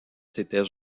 s’étaient